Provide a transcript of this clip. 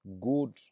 good